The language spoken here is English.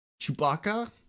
Chewbacca